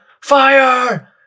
fire